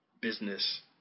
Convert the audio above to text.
business